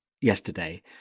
yesterday